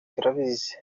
turabizi